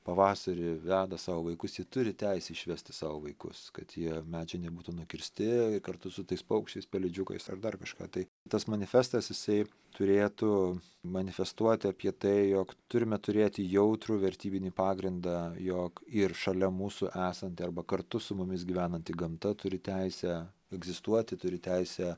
pavasarį veda savo vaikus jie turi teisę išvesti savo vaikus kad tie medžiai nebūtų nukirsti kartu su tais paukščiais pelėdžiukais ar dar kažką tai tas manifestas jisai turėtų manifestuoti apie tai jog turime turėti jautrų vertybinį pagrindą jog ir šalia mūsų esanti arba kartu su mumis gyvenanti gamta turi teisę egzistuoti turi teisę